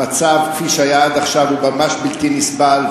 המצב כפי שהיה עד עכשיו הוא ממש בלתי נסבל,